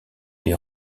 les